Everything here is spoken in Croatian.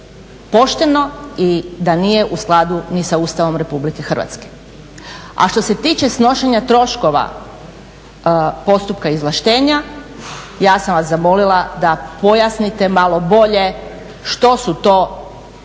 pošteno i da nije u skladu ni sa Ustavom Republike Hrvatske. A što se tiče snošenja troškova postupka izvlaštenja ja sam vas zamolila da pojasnite malo bolje što su to